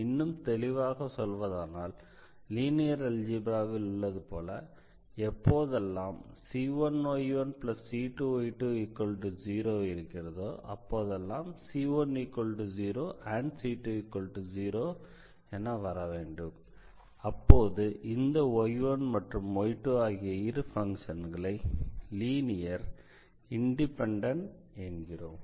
இன்னும் தெளிவாக சொல்வதானால் லீனியர் அல்ஜிப்ராவில் உள்ளது போல எப்போதெல்லாம் c1y1c2y20⇒c10c20 என இருக்கிறதோ அப்போது அந்த y1 மற்றும் y2 ஆகிய இரு பங்க்ஷன்களை லீனியர் இண்டிபெண்டன்ட் என்கிறோம்